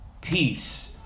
peace